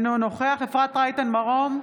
אינו נוכח אפרת רייטן מרום,